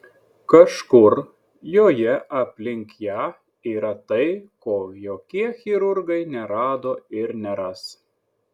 kažkur joje aplink ją yra tai ko jokie chirurgai nerado ir neras